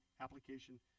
application